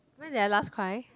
when did I last cry